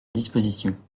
dispositions